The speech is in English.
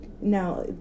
now